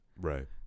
Right